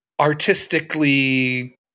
artistically